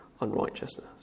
unrighteousness